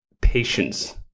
patience